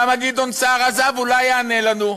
למה גדעון סער עזב, אולי יענה לנו.